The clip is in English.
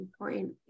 important